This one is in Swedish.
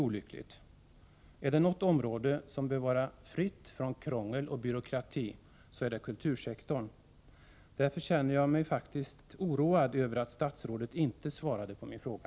Om något område bör vara fritt från krångel och byråkrati är det kultursektorn. Därför känner jag mig faktiskt oroad över att statsrådet inte svarade på min fråga.